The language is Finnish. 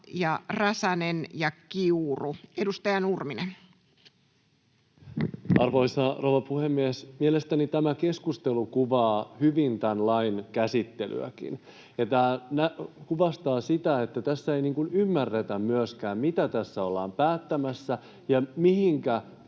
ja edustaja Kiurun. — Edustaja Nurminen. Arvoisa rouva puhemies! Mielestäni tämä keskustelu kuvaa hyvin tämän lain käsittelyäkin, ja tämä kuvastaa sitä, että tässä ei ymmärretä myöskään, mitä tässä ollaan päättämässä ja keihin